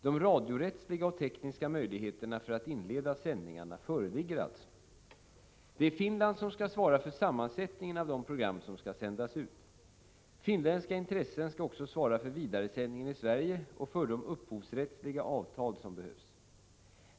De radiorättsliga och tekniska möjligheterna för att inleda sändningarna föreligger alltså. Det är Finland som skall svara för sammansättningen av de program som skall sändas ut. Finländska intressen skall också svara för vidaresändningen i Sverige och för de upphovsrättsliga avtal som behövs.